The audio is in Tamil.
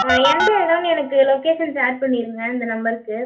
எந்த இடம்னு எனக்கு லொக்கேஷன் ஷேர் பண்ணிருங்க இந்த நம்பர்க்கு